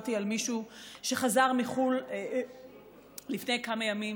סיפרתי על מישהו שחזר לפני כמה ימים